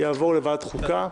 יעבור לוועדת החוקה.